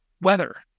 Weather